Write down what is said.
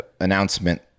announcement